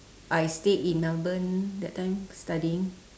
I stay in melbourne that time studying